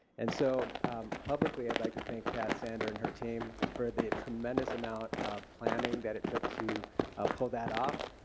and so publicly i'd like to thank a pat sander and her team for the tremendous amount of planning that it took to pull that off.